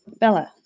Bella